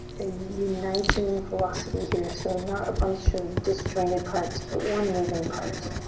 a uniting philosophy here so not a bunch of disjointed parts but one moving part.